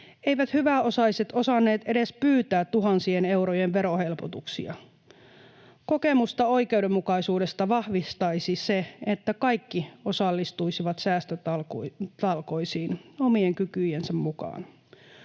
Eivät hyväosaiset osanneet edes pyytää tuhansien eurojen verohelpotuksia. Kokemusta oikeudenmukaisuudesta vahvistaisi se, että kaikki osallistuisivat säästötalkoisiin omien kykyjensä mukaan.